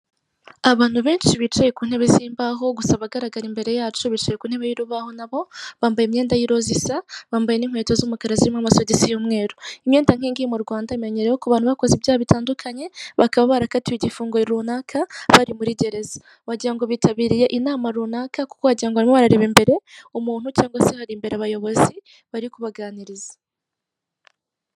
Abantu benshi bicaye ku ntebe z'imbaho gusa abagaragara imbere yacu, bicaye ku intebe y'urubaho nabo bambaye imyenda y'iroza isa bambaye n'inkweto z'umukara zirimo amasogisi y'umweru, imyenda nk'iyingiyi mu Rwanda imenyereweho kubantu bakoze ibyaha bitandukanye, bakaba barakatiwe igifungo runaka bari muri gereza wagirango bitabiriye inama runaka, kuko wagira ngo barimo barareba imbere umuntu cyangwa se hari imbere abayobozi bari kubaganiriza.